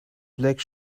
black